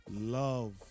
love